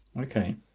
Okay